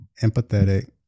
Empathetic